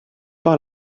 par